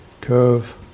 curve